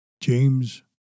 James